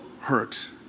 hurt